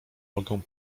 mogę